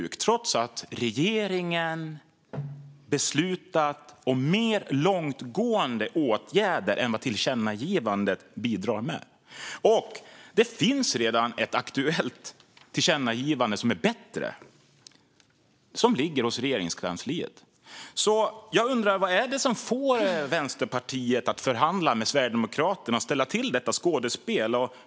Detta trots att regeringen beslutat om mer långtgående åtgärder än vad tillkännagivandet bidrar med och trots att det redan ligger ett aktuellt tillkännagivande hos Regeringskansliet som är bättre. Jag undrar vad det är som får Vänsterpartiet att förhandla med Sverigedemokraterna och ställa till detta skådespel.